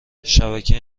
شبکه